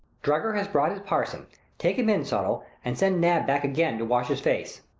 drugger has brought his parson take him in, subtle, and send nab back again to wash his face.